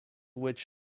which